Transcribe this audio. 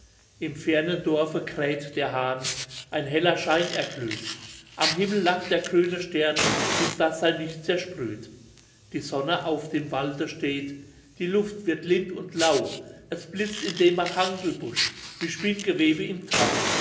im fernen dorfe kräht der hahn ein heller schein erglüht am himmel lacht der grüne stern bis daß sein licht zersprüht die sonne auf dem walde steht die luft wird lind und lau es blitzt in dem machangelbusch wie spinnegewebe im tau